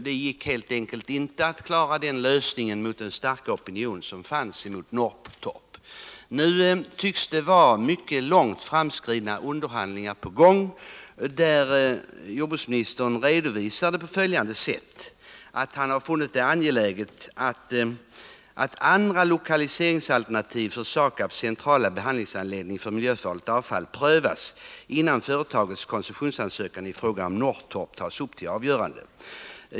Det gick helt enkelt inte att genomföra den lösningen av frågan mot den starka opinion som fanns. Nu tycks det vara mycket långt framskridna underhandlingar på gång, där jordbruksministern redovisat sin syn på frågan på följande sätt. Han har funnit det angeläget att andra lokaliseringsalternativ för SAKAB:s lokala behandlingsanläggning för miljöfarligt avfall prövas, innan företagets koncessionsansökan i fråga om Norrtorp tas upp till avgörande.